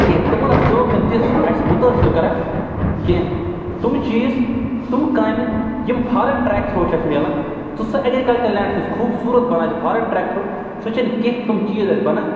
کینٛہہ تِمَن ہٕنٛز کٲم چھَنہٕ تِژھ اَسہِ مُتٲثر کَران کینٛہہ تِمہٕ چیٖز تِم کامہِ یِم فارم ٹرٛیک تھرٛوٗ چھِ اَسہِ میلان تہٕ سُہ اٮ۪گرِکَلچَر لینٛڈَس یُس خوٗبصوٗرت بَنایہِ تہٕ فارم ٹرٛیک تھرٛوٗ سُہ چھِنہٕ کینٛہہ تِم چیٖز اَسہِ بَنان